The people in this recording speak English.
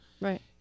Right